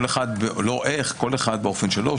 וכל אחד באופן שלו,